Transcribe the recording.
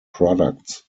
products